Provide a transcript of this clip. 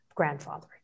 grandfathering